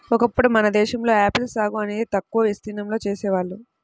ఒకప్పుడు మన దేశంలో ఆపిల్ సాగు అనేది తక్కువ విస్తీర్ణంలో చేసేవాళ్ళు